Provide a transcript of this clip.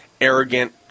arrogant